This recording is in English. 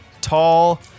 tall